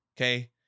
Okay